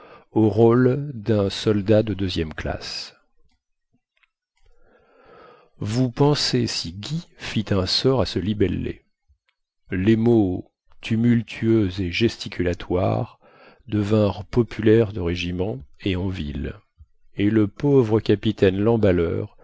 au rôle dun soldat de deuxième classe vous pensez si guy fit un sort à ce libellé les mots tumultueuse et gesticulatoire devinrent populaires au régiment et en ville et le pauvre capitaine lemballeur